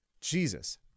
Jesus